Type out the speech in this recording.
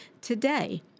today